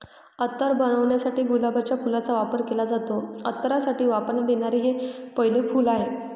अत्तर बनवण्यासाठी गुलाबाच्या फुलाचा वापर केला जातो, अत्तरासाठी वापरण्यात येणारे हे पहिले फूल आहे